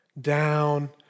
down